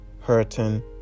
hurting